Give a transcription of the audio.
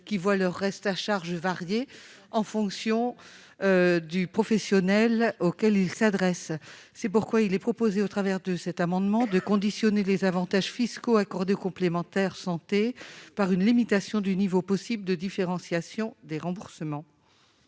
qui voient leur reste à charge varier en fonction du professionnel auquel ils s'adressent. C'est pourquoi il est proposé, au travers de cet amendement, de conditionner les avantages fiscaux accordés aux complémentaires santé par une limitation du niveau possible de différenciation des remboursements.